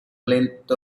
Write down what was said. length